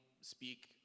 speak